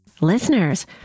Listeners